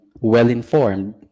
well-informed